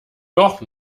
doch